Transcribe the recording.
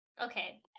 Okay